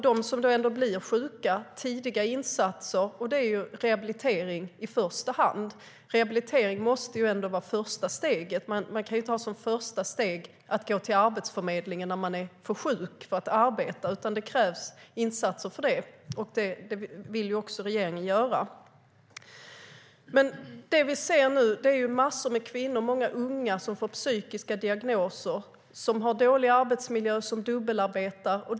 De som ändå blir sjuka ska få tidiga insatser, i första hand rehabilitering. Det måste ändå vara det första steget. Det kan inte vara första steget att man ska gå till Arbetsförmedlingen när man för sjuk för att arbeta. Här krävs det insatser, och det vill ju också regeringen göra. Nu ser vi massor med kvinnor - många unga - som får psykiska diagnoser. De har dålig arbetsmiljö och dubbelarbetar ofta.